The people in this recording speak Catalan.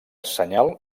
senyal